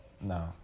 No